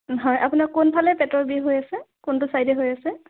হয় আপোনাৰ কোনফালে পেটৰ বিষ হৈ আছে কোনটো ছাইডে হৈ আছে